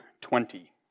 twenty